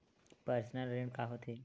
Personal ऋण का होथे?